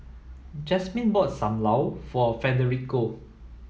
Jazmine bought Sam Lau for Federico